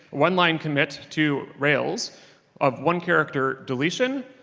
one line commit to rails of one character deletion,